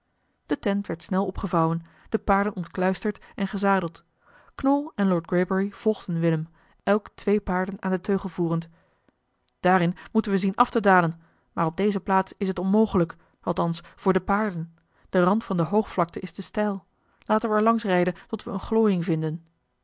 de tent werd snel opgevouwen de paarden ontkluisterd en gezadeld knol en lord greybury volgden willem elk twee paarden aan den teugel voerend daarin moeten we zien af te dalen maar op deze plaats is het onmogelijk althans voor de paarden de rand van de hoogvlakte is te steil laten we er langs rijden tot we eene glooiing vinden